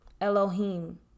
Elohim